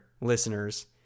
listeners